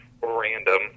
random